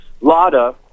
Lada